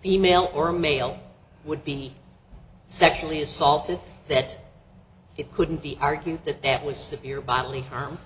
female or male would be sexually assaulted that it couldn't be argued that that was severe bodily harm